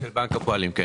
הפועלים.